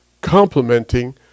complementing